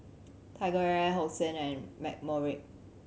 TigerAir Hosen and McCormick